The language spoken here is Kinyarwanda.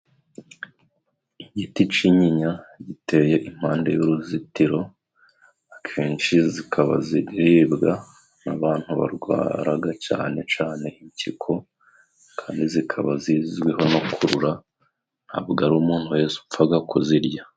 Igiti c'inyinya giteye impande y'uruzitiro, akenshi zikaba ziribwa n'abantu barwaraga cane cane impyiko, kandi zikaba zizwiho no kurura ntabwo ari umuntu wese upfaga kuzirya.